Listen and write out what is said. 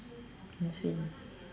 I see